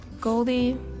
Goldie